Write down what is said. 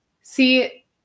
See